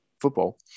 football